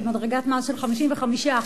מדרגת מס של 55%,